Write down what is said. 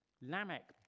Lamech